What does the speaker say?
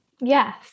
Yes